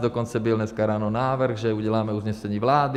Dokonce byl dneska ráno návrh, že uděláme usnesení vlády.